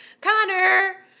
Connor